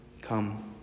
come